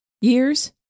Years